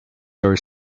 are